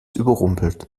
überrumpelt